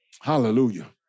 Hallelujah